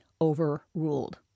overruled